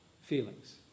feelings